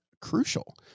crucial